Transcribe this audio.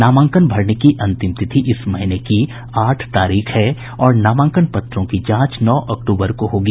नामांकन भरने की अंतिम तिथि इस महीने की आठ तारीख है और नामांकन पत्रों की जांच नौ अक्तूबर को होगी